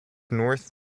north